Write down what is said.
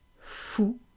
fou